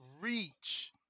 reach